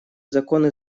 законы